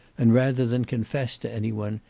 and rather than confess to any one,